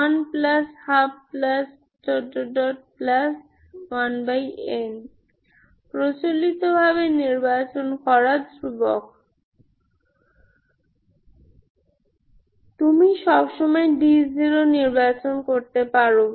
112 1n প্রচলিতভাবে নির্বাচন করা ধ্রুবক তুমি সবসময় d0 নির্বাচন করতে পারো